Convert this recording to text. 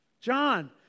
John